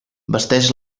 vesteix